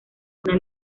una